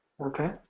Okay